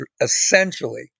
essentially